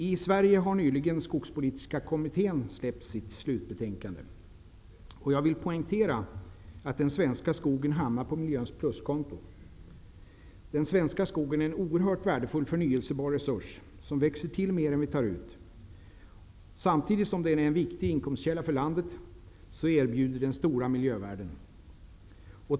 I Sverige har nyligen skogspolitiska kommittén släppt sitt slutbetänkande. Jag vill poängtera att den svenska skogen hamnar på miljöns pluskonto. Den svenska skogen är en oerhört värdefull, förnyelsebar resurs, som växer till mer än vi tar ut. Den är en viktig inkomstkälla för landet och erbjuder samtidigt stora miljövärden.